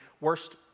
worst